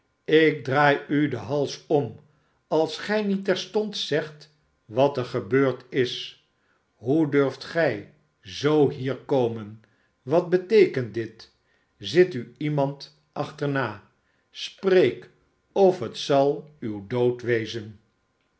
ik draai u den hals om als gij niet terstond zegt wat er gebeurd is hoe durlt gij zoo hier komen wat beteekent dit zit u iemand achterna spreek of het zal uw dood wezen